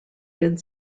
did